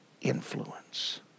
influence